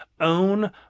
own